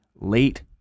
late